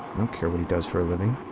don't care what he does for a living.